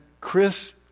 Chris